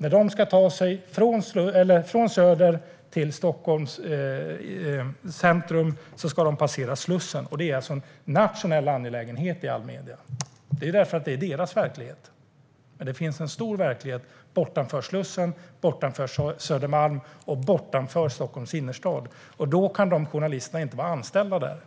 När de ska ta sig från Söder till Stockholms centrum är det ingen slump att de ska passera Slussen, som därmed blir en nationell angelägenhet i alla medier. Det beror på att det är deras verklighet. Men det finns en stor verklighet bortanför Slussen, bortanför Södermalm och bortanför Stockholms innerstad. Då kan de journalisterna inte vara anställda där.